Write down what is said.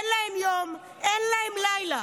אין להן יום, אין להן לילה.